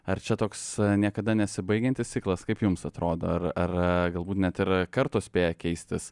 ar čia toks niekada nesibaigiantis ciklas kaip jums atrodo ar ar galbūt net ir kartos spėja keistis